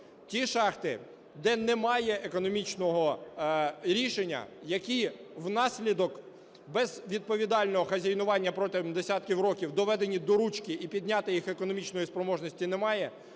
Ті шахти, де немає економічного рішення, які внаслідок безвідповідального хазяйнування протягом десятків років доведені "до ручки" і підняти їх економічної спроможності немає,